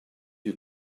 you